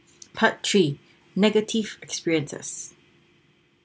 part three negative experiences